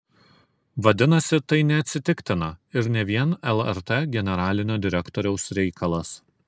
vadinasi tai neatsitiktina ir ne vien lrt generalinio direktoriaus reikalas